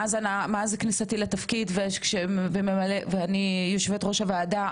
מאז כניסתי לתפקיד ואני יו"ר הוועדה,